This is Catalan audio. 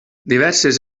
diverses